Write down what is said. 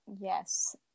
Yes